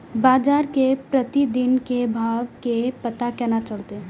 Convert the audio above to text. बजार के प्रतिदिन के भाव के पता केना चलते?